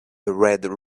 red